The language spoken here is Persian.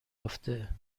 افته